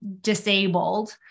disabled